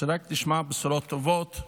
שרק נשמע בשורות טובות.